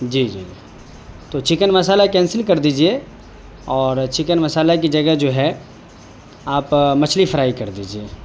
جی جی جی تو چکن مسالہ کینسل کر دیجیے اور چکن مسالہ کی جگہ جو ہے آپ مچھلی فرائی کر دیجیے